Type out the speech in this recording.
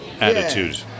attitude